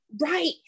Right